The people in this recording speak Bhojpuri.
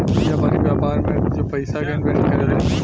व्यापारी, व्यापार में जो पयिसा के इनवेस्ट करे लन